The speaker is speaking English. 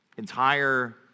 Entire